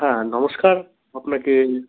হ্যাঁ নমস্কার আপনাকে